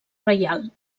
reial